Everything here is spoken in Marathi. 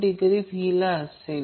आणि ic √ 2 I p cos t 120 o असेल